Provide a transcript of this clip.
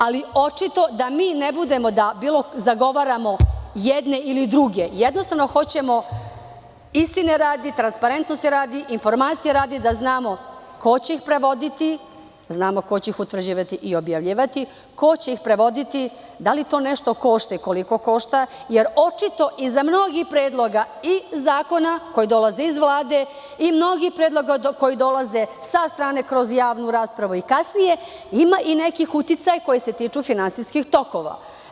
Ali, očito da mi ne budemo da zagovaramo jedne ili druge, jednostavno hoćemo, istine radi, transparentnosti radi, informacije radi da znamo ko će ih prevodi, da znamo ko će ih utvrđivati i objavljivati, ko će ih prevodi, da li to nešto košta i koliko košta, jer očito iza mnogih predloga i zakona, koji dolaze iz Vlade i mnogih predlog koji dolaze sa strane, kroz javnu raspravu kasnije, imaju neki uticaj koji se tiče finansijskih tokova.